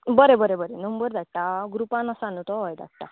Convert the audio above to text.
बरें बरें बरें नंबर धाडटा आ ग्रुपान आसा न्हू तो हय धाडटा